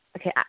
okay